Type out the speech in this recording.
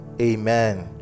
Amen